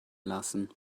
lassen